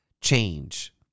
change